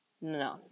No